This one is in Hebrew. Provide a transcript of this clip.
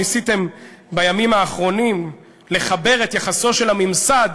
ניסיתם בימים האחרונים לחבר את יחסו של הממסד